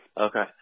Okay